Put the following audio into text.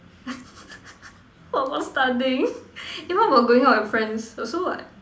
what about studying eh what about going out with friends also what